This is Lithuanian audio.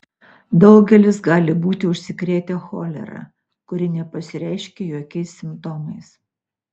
daugelis gali būti užsikrėtę cholera kuri nepasireiškia jokiais simptomais